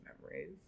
memories